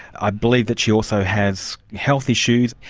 i believe that she also has health issues,